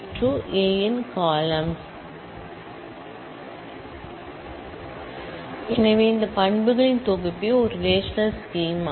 Refer Slide Time 0850 எனவே இந்த பண்புகளின் தொகுப்பே ஒரு ரெலேஷனல் ஸ்கீமா